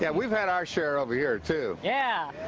yeah we've had our share over here, too. yeah.